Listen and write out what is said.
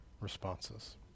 responses